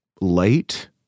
Late